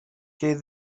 que